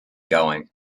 going